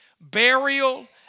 burial